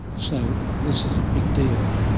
so this is a big deal.